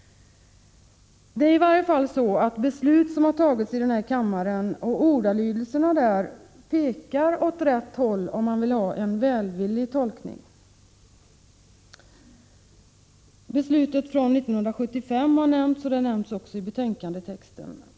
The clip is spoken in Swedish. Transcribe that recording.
Det är i varje fall så att beslut som har fattats här i kammaren och ordalydelserna där pekar åt rätt håll — om man vill göra en välvillig tolkning. Beslutet från 1975 har nämnts, och det nämns också i betänkandetexten.